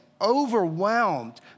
overwhelmed